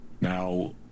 Now